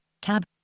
tab